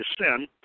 sin